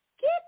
Get